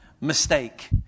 Mistake